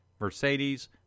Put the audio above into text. Mercedes